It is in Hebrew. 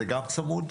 זה גם צמוד?